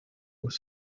was